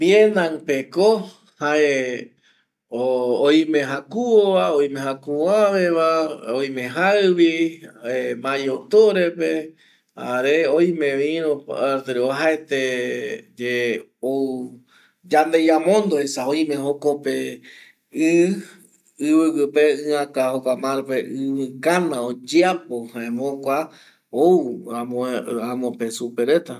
Vietnan pe ko oime jakuo oime jaivi va mayo octubre pe jare oime vi iru parte opaete ye ou yandeiamondo esa oime jokope ivigüe pe ivi kana oyeapo jaema jokua ou amope supe reta